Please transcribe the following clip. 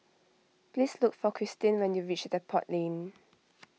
please look for Cristin when you reach Depot Lane